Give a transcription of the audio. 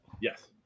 Yes